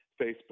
Facebook